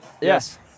Yes